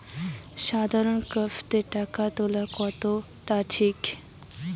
সাধারণ ক্যাফেতে টাকা তুলা কতটা সঠিক?